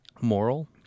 Moral